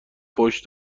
فحش